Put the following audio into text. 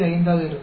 5 ஆக இருக்கும்